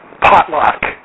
potluck